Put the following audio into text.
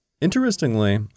Interestingly